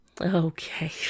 Okay